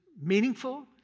meaningful